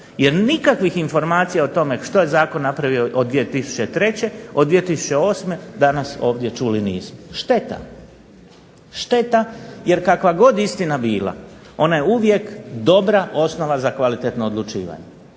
Jer nikakvih informacija o tome što je zakon napravio od 2003., od 2008. danas ovdje čuli nismo. Šteta! Šteta, jer kakva god istina bila ona je uvijek dobra osnova za kvalitetno odlučivanje.